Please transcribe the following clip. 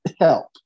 help